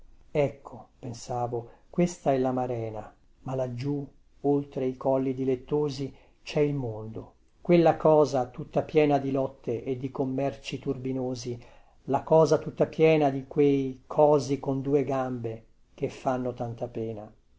ecco pensavo questa è lamarena ma laggiù oltre i colli dilettosi cè il mondo quella cosa tutta piena di lotte e di commerci turbinosi la cosa tutta piena di quei cosi con due gambe che fanno tanta pena